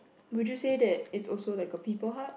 would you say that it's also like a people hub